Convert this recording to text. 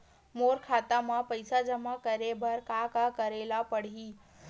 मोर खाता म पईसा जमा करे बर का का करे ल पड़हि?